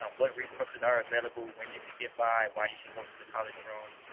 um what resources are available, when you can get by, why you should go to the college room,